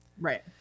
Right